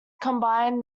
combined